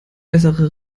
bessere